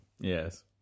Yes